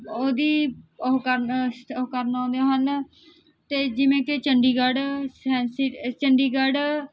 ਉਹਦੀ ਉਹ ਕਰਨ ਸ਼ ਉਹ ਕਰਨ ਆਉਂਦੇ ਹਨ ਅਤੇ ਜਿਵੇਂ ਕਿ ਚੰਡੀਗੜ੍ਹ ਸ ਸਿ ਚੰਡੀਗੜ੍ਹ